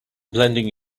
blending